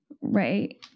Right